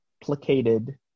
complicated